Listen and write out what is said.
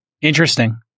interesting